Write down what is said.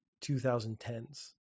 2010s